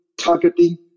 targeting